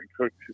cooked